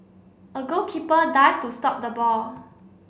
a goalkeeper dived to stop the ball